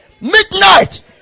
midnight